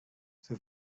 the